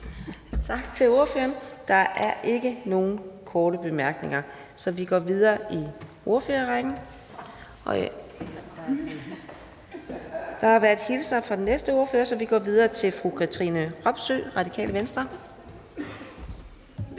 Tak til ordføreren. Der er ikke nogen korte bemærkninger, så vi går videre i ordførerrækken. Der har været hilsner fra den næste ordfører, så vi går videre til fru Katrine Robsøe, Radikale Venstre.